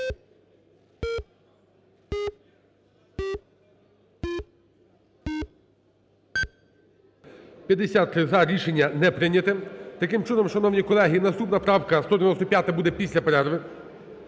За-53 Рішення не прийняте. Таким чином, шановні колеги, наступна правка 195 буде після перерви.